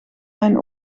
mijn